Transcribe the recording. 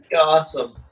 Awesome